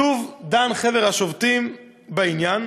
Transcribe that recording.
שוב דן חבר השופטים בעניין,